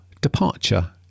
departure